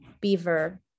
beaver